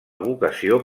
vocació